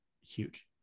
huge